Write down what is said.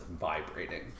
vibrating